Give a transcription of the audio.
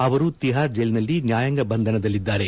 ಅವರು ತಿಹಾರ್ ಜೈಲಿನಲ್ಲಿ ನ್ನಾಯಾಂಗ ಬಂಧನದಲ್ಲಿದ್ದಾರೆ